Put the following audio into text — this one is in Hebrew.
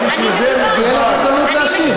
חברת הכנסת ברקו, תהיה לך הזדמנות להשיב.